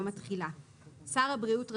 יום התחילה); שר הבריאות רשאי,